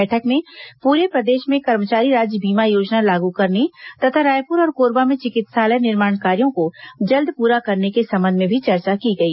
बैठक में पूरे प्रदेश में कर्मचारी राज्य बीमा योजना लागू करने तथा रायपुर और कोरबा में चिकित्सालय निर्माण कार्यो को जल्द पूरा करने के संबंध में भी चर्चा की गई